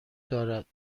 دارد